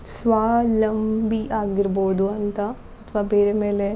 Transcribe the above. ಸ್ವಾವಲಂಬಿ ಆಗಿರ್ಬೋದು ಅಂತ ಅಥ್ವಾ ಬೇರೆ ಮೇಲೆ